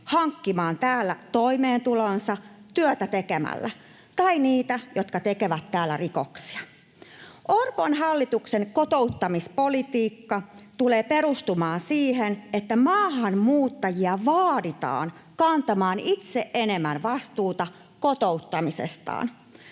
hankkimaan täällä toimeentulonsa työtä tekemällä, tai niitä, jotka tekevät täällä rikoksia. Orpon hallituksen kotouttamispolitiikka tulee perustumaan siihen, että maahanmuuttajia vaaditaan kantamaan itse enemmän vastuuta kotoutumisestaan.